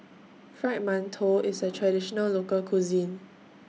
Fried mantou IS A Traditional Local Cuisine